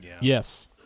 Yes